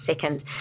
second